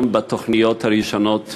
בתוכניות הראשונות